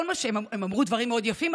הם אמרו דברים מאוד יפים,